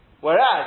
Whereas